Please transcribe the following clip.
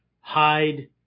hide